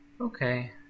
Okay